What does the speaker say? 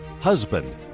husband